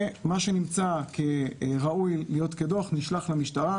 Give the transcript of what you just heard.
מה שנמצא כראוי להיות כדוח, נשלח למשטרה.